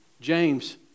James